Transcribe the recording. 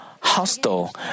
hostile